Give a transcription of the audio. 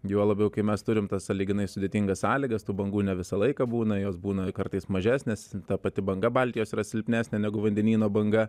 juo labiau kai mes turim tas sąlyginai sudėtingas sąlygas tų bangų ne visą laiką būna jos būna kartais mažesnės ta pati banga baltijos yra silpnesnė negu vandenyno banga